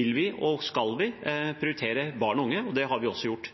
vil vi og skal vi prioritere barn og unge. Det har vi også gjort.